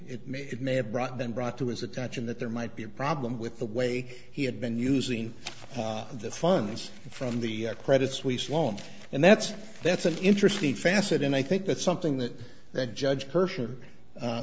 there may be it may have brought been brought to his attention that there might be a problem with the way he had been using the funds from the credit suisse loans and that's that's an interesting facet and i think that's something that that judge pers